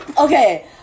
Okay